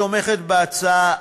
תומכת בהצעה,